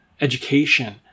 education